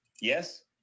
yes